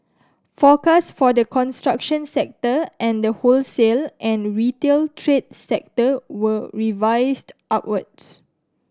forecasts for the construction sector and the wholesale and retail trade sector were revised upwards